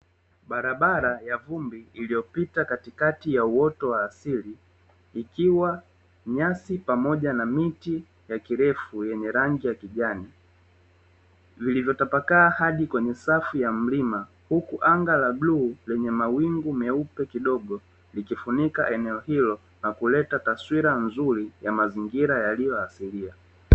Barabara ya vumbi iliyopita katikati ya uoto wa asili, ikiwa nyasi pamoja na miti ya kirefu yenye rangi ya kijani vilivyotapakaa hadi kwenye safu ya mlima huku anga la bluu lenye mawingu meupe kidogo, likifunika eneo hilo na kuleta taswira nzuri ya mazingira yaliyo asilia.